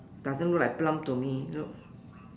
doesn't look like plum to me look